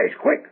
quick